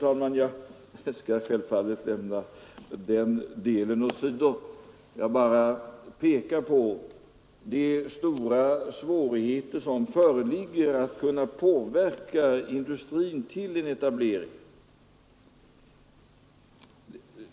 Men jag skall självfallet lämna den delen åsido. Jag bara pekar på de stora svårigheter som föreligger att påverka industrin till en etablering.